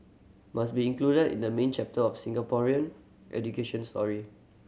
must be included in the main chapter of Singaporean education story